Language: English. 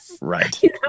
Right